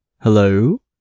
Hello